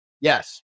Yes